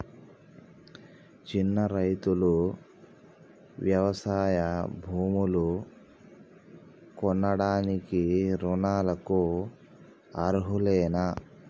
చిన్న రైతులు వ్యవసాయ భూములు కొనడానికి రుణాలకు అర్హులేనా?